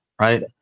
Right